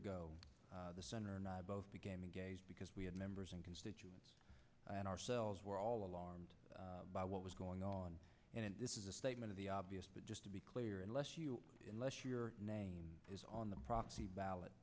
ago the center and i both became engaged because we had members and constituents and ourselves were all armed by what was going on and this is a statement of the obvious but just to be clear unless you unless your name is on the proxy ballot